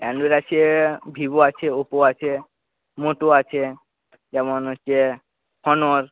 Android Vivo আছে Oppo আছে Moto আছে যেমন হচ্ছে অনর